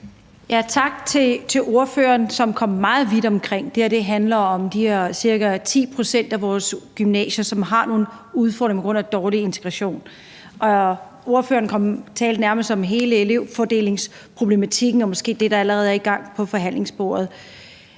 Tak til ordføreren, som kom meget vidt omkring. Det her handler om de her ca. 10 pct. af vores gymnasier, som har nogle udfordringer på grund af dårlig integration. Ordføreren talte nærmest om hele elevfordelingsproblematikken og om ting, der måske allerede er på forhandlingsbordet.